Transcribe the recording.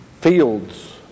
fields